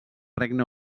regne